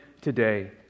today